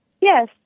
Yes